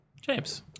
James